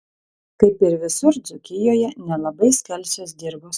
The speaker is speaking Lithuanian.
kaip ir visur dzūkijoje nelabai skalsios dirvos